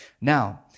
Now